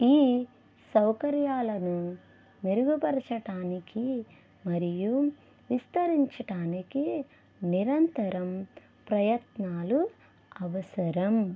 ఈ సౌకర్యాలను మెరుగుపర్చడానికి మరియు విస్తరించడానికి నిరంతరం ప్రయత్నాలు అవసరం